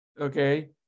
Okay